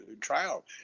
trial